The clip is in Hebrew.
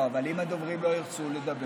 אבל אם הדוברים לא ירצו לדבר?